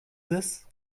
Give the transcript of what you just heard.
this